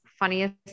funniest